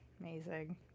amazing